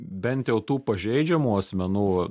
bent jau tų pažeidžiamų asmenų